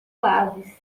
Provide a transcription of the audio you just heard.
oásis